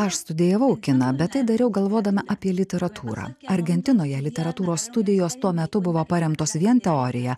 aš studijavau kiną bet tai dariau galvodama apie literatūrą argentinoje literatūros studijos tuo metu buvo paremtos vien teorija